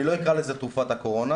אני לא אקרא לזה תרופת הקורונה,